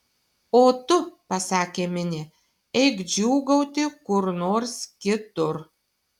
o tu pasakė minė eik džiūgauti kur nors kitur